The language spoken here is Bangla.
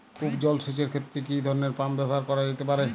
কূপ জলসেচ এর ক্ষেত্রে কি ধরনের পাম্প ব্যবহার করা যেতে পারে?